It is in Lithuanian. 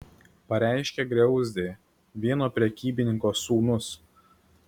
pareiškė griauzdė vieno prekybininko sūnus